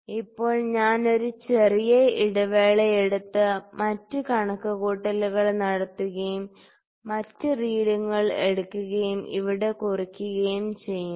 ഇപ്പോൾ ഞാൻ ഒരു ചെറിയ ഇടവേള എടുത്ത് മറ്റ് കണക്കുകൂട്ടലുകൾ നടത്തുകയും മറ്റ് റീഡിങ്ങുകൾ എടുക്കുകയും ഇവിടെ കുറിക്കുകയും ചെയ്യുന്നു